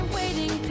waiting